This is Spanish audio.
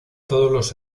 todos